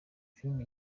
filime